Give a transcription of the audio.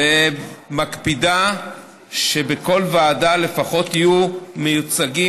ומקפידה שבכל ועדה יהיו מיוצגות